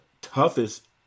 toughest